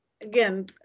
again